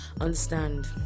understand